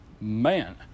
Man